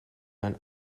ein